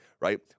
right